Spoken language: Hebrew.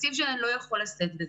התקציב שלהן לא יכול לשאת בזה.